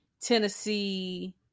Tennessee